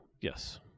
yes